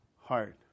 heart